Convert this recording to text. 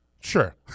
Sure